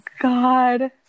god